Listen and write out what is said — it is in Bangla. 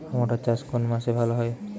মটর চাষ কোন মাসে ভালো হয়?